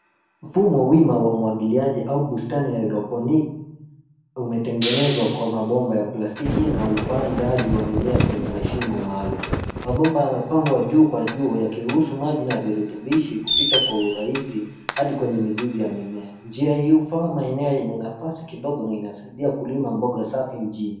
Mfumo wima wa umwagiliaji au bustani ya hydroponiki umetengenezwa kwa mabomba ya plastiki na upandaji wa mimea kwenye mashimo maalum. Mabomba yamepangwa juu kwa juu, yakiruhusu maji na virutubishi kupita kwa urahisi hadi kwenye mizizi ya mimea. Njia hii hufaa maeneo yenye nafasi kidogo na inasaidia kulima mboga safi mjini.